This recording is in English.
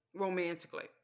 romantically